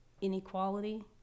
inequality